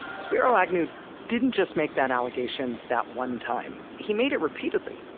spiro agnew didn't just make that allegation that one time he made it repeatedly.